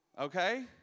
Okay